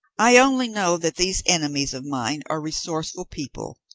i only know that these enemies of mine are resourceful people,